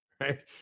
right